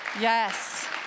yes